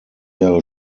jahre